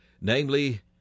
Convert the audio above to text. namely